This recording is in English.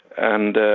and